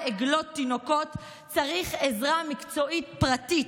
עגלות תינוקות צריך עזרה מקצועית פרטית,